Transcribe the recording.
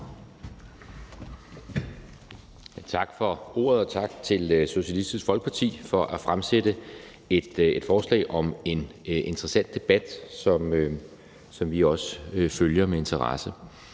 Tak for ordet, og tak til Socialistisk Folkeparti for at have fremsat et forslag om en interessant debat, som vi også følger med interesse.